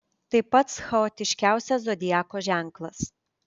tai pats chaotiškiausias zodiako ženklas